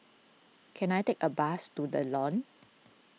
can I take a bus to the Lawn